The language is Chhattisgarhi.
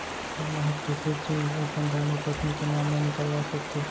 का मैं ह कृषि ऋण अपन धर्मपत्नी के नाम मा निकलवा सकथो?